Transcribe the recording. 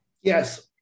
Yes